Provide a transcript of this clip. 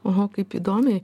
oho kaip įdomiai